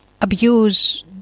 abuse